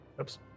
Oops